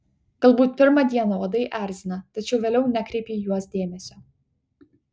galbūt pirmą dieną uodai erzina tačiau vėliau nekreipi į juos dėmesio